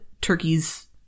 turkey's